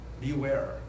Beware